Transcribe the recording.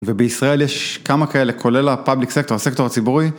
ובישראל יש כמה כאלה, כולל הפובליק סקטור, הסקטור הציבורי.